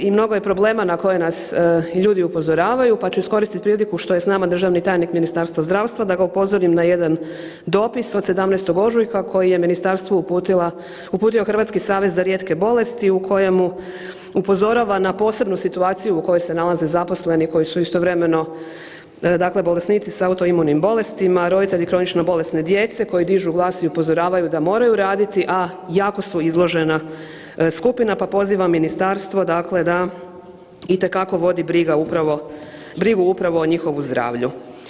I mnogo je problema na koje nas ljudi upozoravaju, pa ću iskoristiti priliku što je s nama državni tajnik Ministarstva zdravstva da ga upozorim na jedan dopis od 17. ožujka koji je ministarstvu uputila, uputio Hrvatski savez za rijetke bolesti u kojemu upozorava na posebnu situaciju u kojoj se nalaze zaposleni koji su istovremeno dakle bolesnici s autoimunim bolestima, roditelji kronično bolesne djece koji dižu glas i upozoravaju da moraju raditi, a jako su izložena skupina, pa pozivam ministarstvo dakle da itekako vodi brigu upravo o njihovu zdravlju.